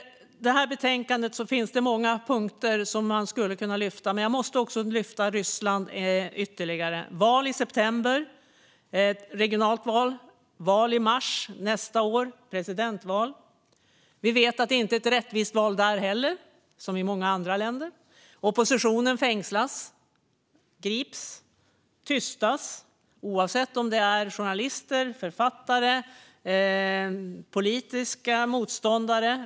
I betänkandet finns många punkter som man skulle kunna lyfta fram, men jag måste också lyfta fram Ryssland ytterligare. Det är val i september, regionalt val, och val i mars nästa år, presidentval. Vi vet att det inte är rättvisa val där heller, som i många andra länder. Oppositionen grips, fängslas och tystas, oavsett om det är journalister, författare eller politiska motståndare.